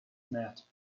met